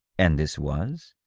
and this was?